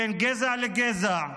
בין גזע לגזע,